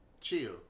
chill